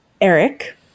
Eric